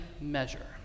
measure